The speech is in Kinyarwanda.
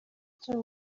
cyo